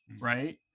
right